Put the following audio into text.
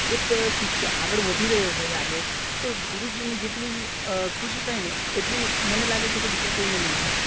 એક શિષ્ય આગળ વધી રહ્યો હોય આજે તો ગુરુજીને જેટલું ખુશી થાયને એટલી મને લાગે છે કે બીજા કોઈને નહીં થાય